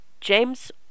James